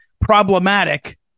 problematic